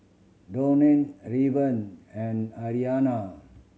Dawne Raven and Arianna